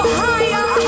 higher